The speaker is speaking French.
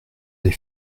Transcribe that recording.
des